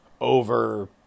over